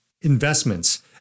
investments